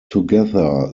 together